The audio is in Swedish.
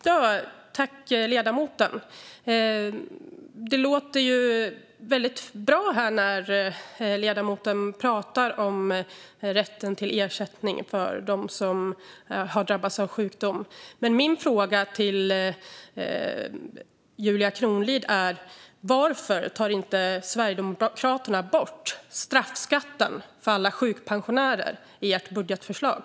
Fru talman! Det låter väldigt bra när ledamoten Julia Kronlid pratar om rätten till ersättning för dem som har drabbats av sjukdom. Men min fråga är: Varför tar inte Sverigedemokraterna bort straffskatten för alla sjukpensionärer i ert budgetförslag?